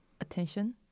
attention